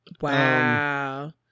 Wow